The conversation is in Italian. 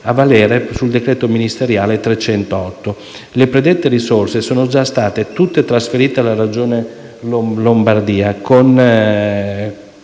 a valere sul decreto ministeriale n. 308. Le predette risorse sono già state tutte trasferite alla Regione Lombardia e